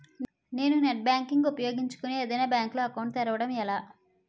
నేను net banking ను ఉపయోగించుకుని ఏదైనా బ్యాంక్ లో అకౌంట్ తెరవడం ఎలా?